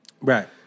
right